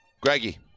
Greggy